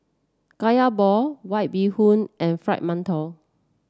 kaya ball White Bee Hoon and Fried Mantou